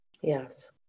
Yes